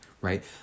right